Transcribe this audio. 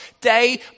day